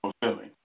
fulfilling